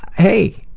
hey,